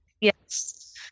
Yes